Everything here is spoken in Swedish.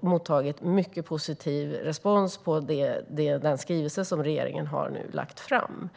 mottagit mycket positiv respons på den skrivelse som regeringen nu har lagt fram.